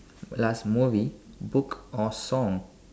last movie book or song